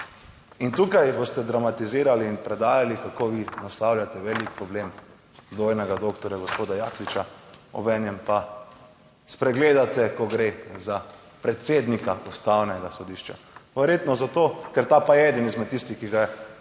In tukaj boste dramatizirali in predajali, kako vi naslavljate velik problem dvojnega doktorja gospoda Jakliča. Obenem pa spregledate, ko gre za predsednika Ustavnega sodišča. Verjetno zato, ker ta pa je eden izmed tistih, ki ga je